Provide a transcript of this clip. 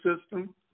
system